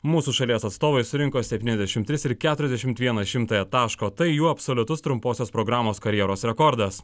mūsų šalies atstovai surinko septyniasdešim tris ir keturiasdešimt vieną šimtąją taško tai jų absoliutus trumposios programos karjeros rekordas